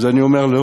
אני אומר לו: